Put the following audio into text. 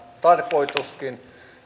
tarkoituskin